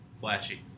Flashy